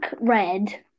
red